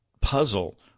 puzzle